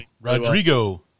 Rodrigo